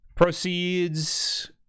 proceeds